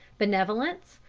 benevolence,